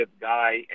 guy